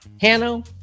Hanno